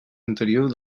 anterior